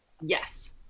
yes